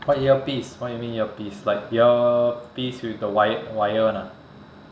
what earpiece what you mean like earpiece with the wi~ wire [one] ah